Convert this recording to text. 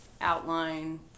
outline